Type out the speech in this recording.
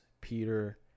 Peter